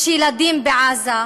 יש ילדים בעזה,